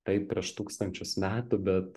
taip prieš tūkstančius metų bet